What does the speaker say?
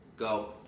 go